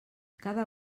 cada